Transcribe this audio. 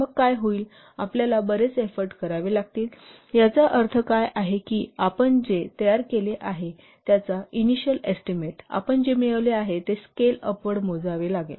मग काय होईल आपल्याला बरेच एफोर्ट करावे लागतील याचा अर्थ काय आहे की आपण जे तयार केले आहे त्याचा इनिशिअल एस्टीमेट आपण जे मिळवले आहे ते स्केल अपवर्ड जावे लागेल